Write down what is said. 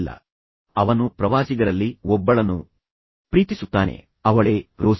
ಮತ್ತು ನಂತರ ನಿಮ್ಮಲ್ಲಿ ಹೆಚ್ಚಿನವರಿಗೆ ತಿಳಿದಿರುವಂತೆ ಅವನು ಪ್ರವಾಸಿಗರಲ್ಲಿ ಒಬ್ಬಳನ್ನು ಪ್ರೀತಿಸುತ್ತಾನೆ ಅವಳೇ ರೋಸಿ